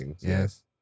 yes